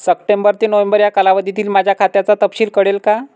September ते November या कालावधीतील माझ्या खात्याचा तपशील कळेल का?